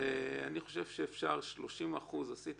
אני חושב שאפשר 30%. עשיתי